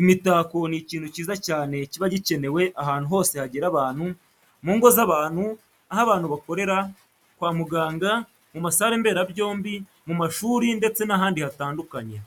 Imitako ni ikintu cyiza cyane kiba gikenewe ahantu hose hagera abantu, mu ngo zabantu, aho abantu bakorera, kwa muganga, muma sale mberabyombi, muma shuri, ndetse nahandi hatandukanye.